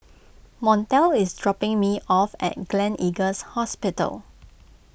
Montel is dropping me off at Gleneagles Hospital